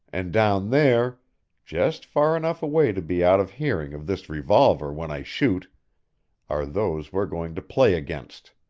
and down there just far enough away to be out of hearing of this revolver when i shoot are those we're going to play against.